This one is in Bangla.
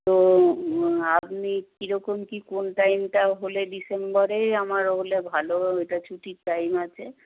তো আপনি কীরকম কী কোন টাইমটা হলে ডিসেম্বরেই আমার হলে ভালো ওটা ছুটির টাইম আছে